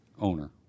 owner